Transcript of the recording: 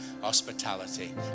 hospitality